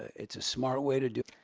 it's a smart way to do